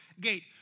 gate